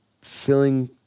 filling